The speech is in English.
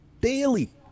daily